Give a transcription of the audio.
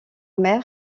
mer